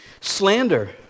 Slander